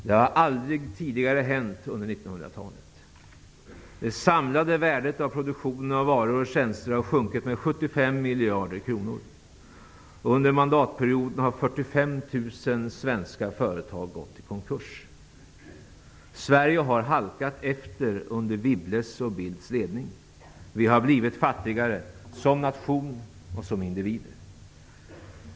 Det har aldrig tidigare hänt under 1900-talet. Det samlade värdet av produktionen av varor och tjänster har sjunkit med 75 miljarder kronor. Under mandatperioden har 45 000 svenska företag gått i konkurs. Sverige har halkat efter under Wibbles och Bildts ledning. Vi har blivit fattigare, som nation och som individer.